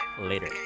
later